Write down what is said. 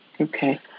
Okay